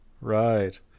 Right